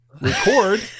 record